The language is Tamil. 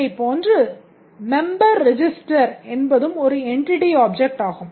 இதைப்போன்று Member Register என்பதும் ஒரு Entity Object ஆகும்